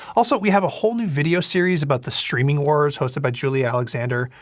also, we have a whole new video series about the streaming wars, hosted by julie alexander.